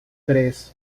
tres